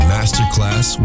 Masterclass